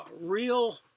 real